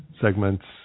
segments